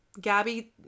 Gabby